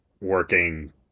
working